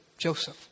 Joseph